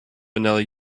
vanilla